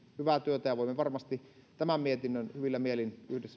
hyvää työtä ja voimme varmasti tämän mietinnön hyvillä mielin